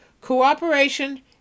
cooperation